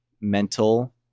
mental